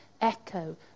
echo